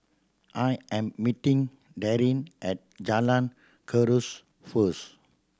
I am meeting Darrin at Jalan Kuras first